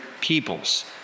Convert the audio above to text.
peoples